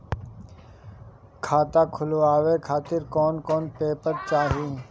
खाता खुलवाए खातिर कौन कौन पेपर चाहीं?